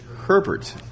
Herbert